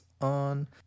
on